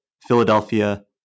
Philadelphia